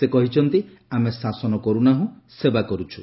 ସେ କହିଛନ୍ତି ଆମେ ଶାସନ କରୁ ନାହୁଁ ସେବା କରୁଛୁ